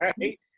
Right